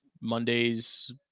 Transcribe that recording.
Mondays